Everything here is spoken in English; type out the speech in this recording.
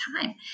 time